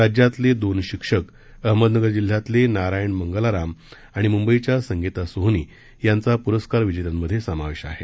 राज्यातले दोन शिक्षक अहमदनगर जिल्ह्यातले नारायण मंगलाराम आणि मुंबईच्या संगीता सोहोनी यांचा पुरस्कार विजेत्यांमधे समावेश आहे